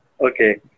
Okay